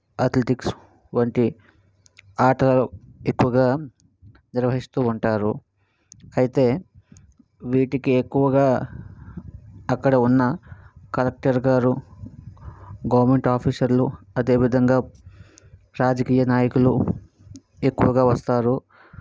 athletics వంటి ఆటలు ఎక్కువగా నిర్వహిస్తూ ఉంటారు అయితే వీటికి ఎక్కువగా అక్కడ ఉన్న కలెక్టర్గారు గవర్నమెంట్ ఆఫీసర్లు అదేవిధంగా రాజకీయ నాయకులు ఎక్కువగా వస్తారు